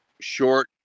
short